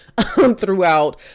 throughout